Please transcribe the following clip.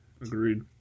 agreed